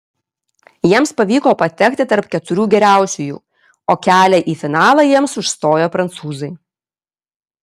jiems pavyko patekti tarp keturių geriausiųjų o kelią į finalą jiems užstojo prancūzai